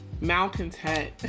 malcontent